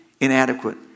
inadequate